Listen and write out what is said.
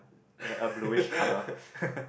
uh a bluish color